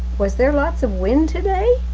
was there lots of wind today?